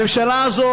הממשלה הזאת,